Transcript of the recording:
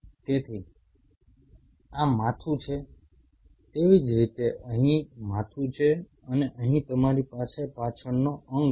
તેથી આ માથું છે તેવી જ રીતે અહીં માથું છે અને અહીં તમારી પાસે પાછળનો અંગ છે